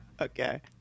Okay